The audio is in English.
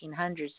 1800s